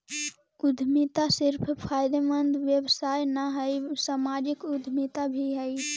उद्यमिता सिर्फ फायदेमंद व्यवसाय न हई, सामाजिक उद्यमिता भी हई